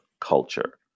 culture